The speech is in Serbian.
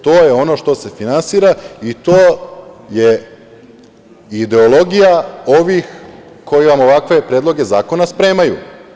To je ono što se finansira i to je ideologija ovih koja vam ovakve predloge zakone spremaju.